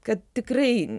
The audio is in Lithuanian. kad tikrai